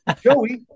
Joey